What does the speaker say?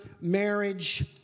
marriage